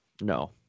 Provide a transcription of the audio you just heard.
no